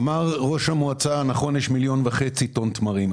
אמר ראש המועצה נכון, יש 1.5 מיליון טון תמרים.